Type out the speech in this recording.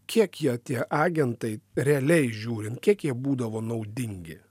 kiek jie tie agentai realiai žiūrint kiek jie būdavo naudingi